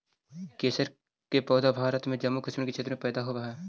केसर के पौधा भारत में जम्मू कश्मीर के क्षेत्र में पैदा होवऽ हई